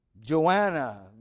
Joanna